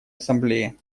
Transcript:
ассамблеи